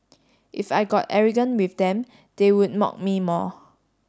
if I got arrogant with them they would mock me more